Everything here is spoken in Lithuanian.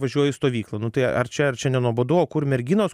važiuoju į stovyklą nu tai ar čia ar čia nenuobodu o kur merginos